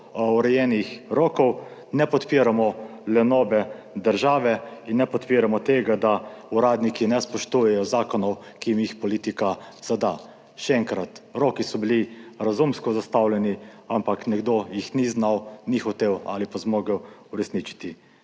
urejenih rokov, ne podpiramo lenobe države in ne podpiramo tega, da uradniki ne spoštujejo zakonov, ki jim jih politika zada. Še enkrat, roki so bili razumsko zastavljeni, ampak nekdo jih ni znal, ni hotel ali pa ni zmogel uresničiti.